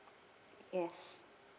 yes